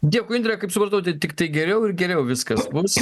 dėkui indre kaip supratau tai tiktai geriau ir geriau viskas mums